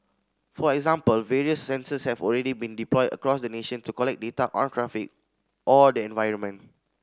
for example various sensors have already been deployed across the nation to collect data on traffic or the environment